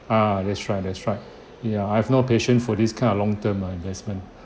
ah that's right that's right ya I've no patience for this kind of long term ah investment